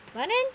but then